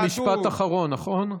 ביקשת משפט אחרון, נכון?